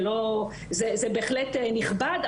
זה בהחלט נכבד,